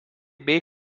bei